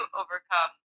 overcome